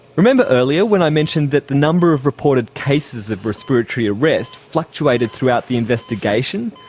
remember earlier when i mentioned that the number of reported cases of respiratory arrest fluctuated throughout the investigation?